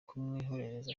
kumwoherereza